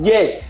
Yes